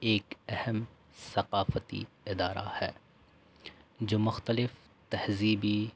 ایک اہم ثقافتی ادارہ ہے جو مختلف تہذیبی